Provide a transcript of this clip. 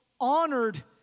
honored